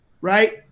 right